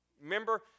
Remember